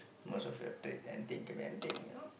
most of your thing and think of anything you know